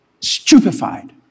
stupefied